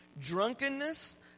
Drunkenness